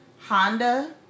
Honda